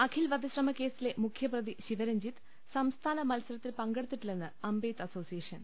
അഖിൽ വധശ്രമക്കേസിലെ മുഖ്യപ്രതി ശിവരഞ്ജിത്ത് സംസ്ഥാന മത്സരത്തിൽ പ്പങ്കെടുത്തിട്ടില്ലെന്ന് അമ്പെയ്ത്ത് അസോസിയേഷൻ